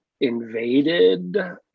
invaded